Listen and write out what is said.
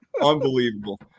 unbelievable